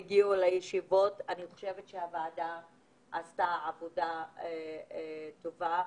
אני חושבת שהוועדה עשתה עבודה טובה.